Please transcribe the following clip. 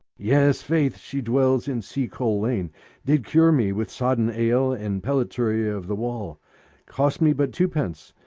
yes, faith, she dwells in sea-coal-lane did cure me, with sodden ale, and pellitory of the wall cost me but two-pence.